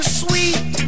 sweet